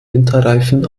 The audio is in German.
winterreifen